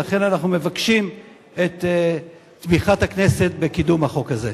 לכן אנחנו מבקשים את תמיכת הכנסת בקידום החוק הזה.